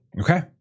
Okay